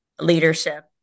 leadership